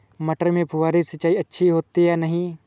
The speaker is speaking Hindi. मटर में फुहरी सिंचाई अच्छी होती है या नहीं?